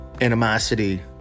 animosity